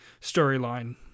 storyline